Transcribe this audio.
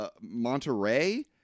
monterey